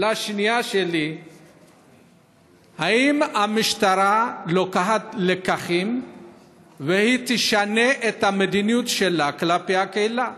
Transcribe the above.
2. האם המשטרה מפיקה לקחים והיא תשנה את המדיניות שלה כלפי הקהילה?